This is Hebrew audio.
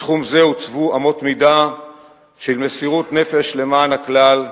בתחום זה הוצבו אמות מידה של מסירות נפש למען הכלל,